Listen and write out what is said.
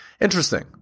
Interesting